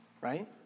right